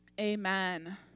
Amen